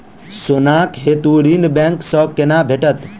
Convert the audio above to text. सोनाक हेतु ऋण बैंक सँ केना भेटत?